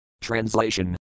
Translation